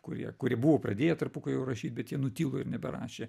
kurie kurie buvo pradėję tarpukariu rašyt bet jie nutilo ir neberašė